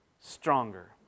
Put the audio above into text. stronger